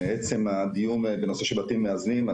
עצם הדיון בנושא של בתים מאזנים.